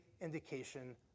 indication